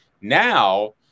Now